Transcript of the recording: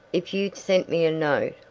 if you'd sent me a note,